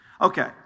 Okay